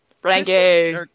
Frankie